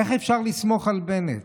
איך אפשר לסמוך על בנט?